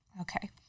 Okay